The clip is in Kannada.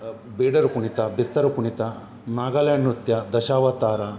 ಬೇಡರ ಕುಣಿತ ಬೆಸ್ತರ ಕುಣಿತ ನಾಗಾಲ್ಯಾಂಡ್ ನೃತ್ಯ ದಶಾವತಾರ